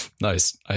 nice